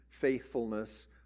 faithfulness